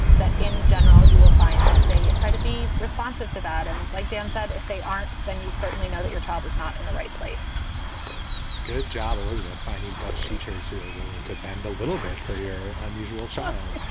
that in general you will find that they try to be responsive to that. and like dan said, if they aren't, then you certainly know that your child is not in the right place good job, elizabeth. finding dutch teachers who are willing to bend a little bit for your unusual child.